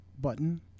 button